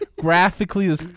graphically